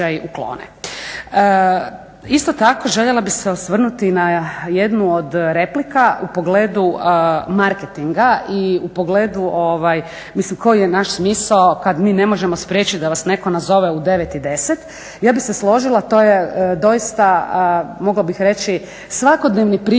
Isto tako željela bih se osvrnuti na jednu od replika u pogledu marketinga i u pogledu koji je naš smisao kada mi ne možemo spriječiti da vas netko nazove u 9,10. Ja bih se složila to je doista mogla bih reći svakodnevni primjer